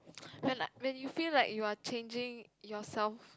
when like when you feel like you're changing yourself